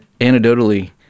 anecdotally